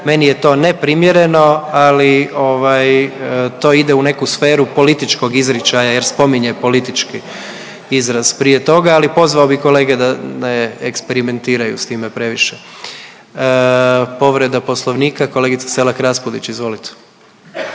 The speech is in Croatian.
Meni je to neprimjereno, ali to ide u neku sferu političkog izričaja jer spominje politički izraz prije toga. Ali pozvao bi kolege da ne eksperimentiraju s time previše. Povreda poslovnika kolegica Selak Raspudić, izvolite.